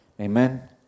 amen